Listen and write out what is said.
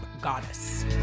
goddess